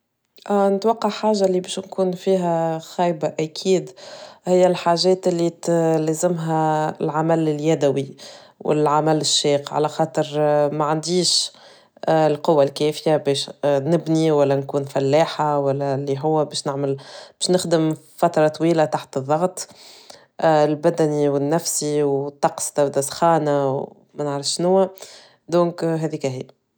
نتوقع حاجة اللي بيش نكون فيها خايبة أكيد هي الحاجات اللي تلزمها العمل اليدوي والعمل الشاق على خاطر ما عنديش القوة الكافية بيش نبني ولا نكون فلاحة ولا إلي هو بيش نعمل بيش نخدم فترة طويلة تحت الضغط البدني والنفسي والطقس تبدأ سخانة ومن عارش نوه دونك هاذيكا هيك.